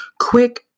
quick